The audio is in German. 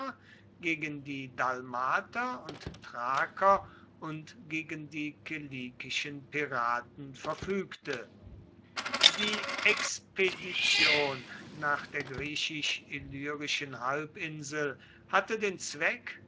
gegen die dalmater und thraker und gegen die kilikischen piraten verfügte die expedition nach der griechisch illyrischen halbinsel hatte den zweck